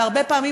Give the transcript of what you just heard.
והרבה פעמים,